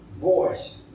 voice